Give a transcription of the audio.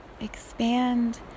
expand